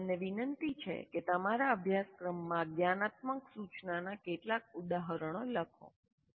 અમારી તમને વિનંતી છે કે તમારા અભ્યાસક્રમમાં જ્ઞાનાત્મક સૂચનાના કેટલાક ઉદાહરણો લખો